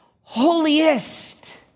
holiest